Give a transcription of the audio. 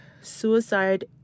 suicide